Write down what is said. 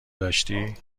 داشتی